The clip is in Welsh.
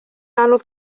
anodd